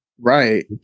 Right